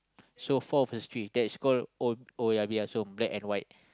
so four versus three that is call oh-oh-yeah-peh-yah-som black and white